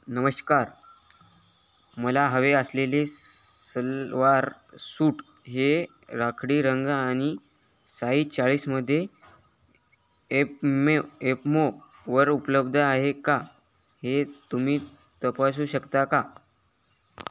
नमस्कार मला हवे असलेले सलवार सूट हे राखाडी रंग आणि साईज चाळीसमध्ये एपमे एपमो वर उपलब्ध आहे का हे तुम्ही तपासू शकता का